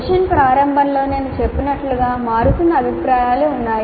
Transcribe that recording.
session ప్రారంభంలో నేను చెప్పినట్లుగా మారుతున్న అభిప్రాయాలు ఉన్నాయి